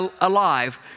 alive